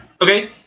Okay